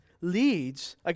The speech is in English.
leads